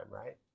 right